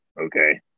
Okay